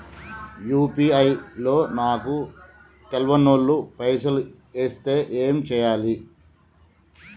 UPI లో నాకు తెల్వనోళ్లు పైసల్ ఎస్తే ఏం చేయాలి?